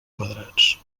quadrats